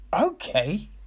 okay